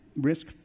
risk